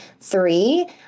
three